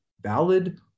valid